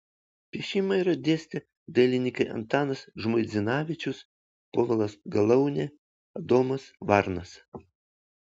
piešimą yra dėstę dailininkai antanas žmuidzinavičius povilas galaunė adomas varnas